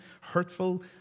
hurtful